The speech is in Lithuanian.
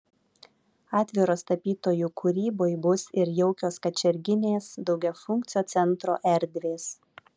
atviros tapytojų kūrybai bus ir jaukios kačerginės daugiafunkcio centro erdvės